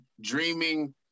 dreaming